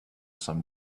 some